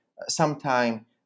sometime